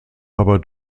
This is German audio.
aber